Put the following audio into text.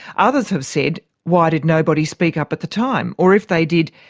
others have said, why did nobody speak up at the time, or if they did,